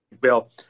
Bill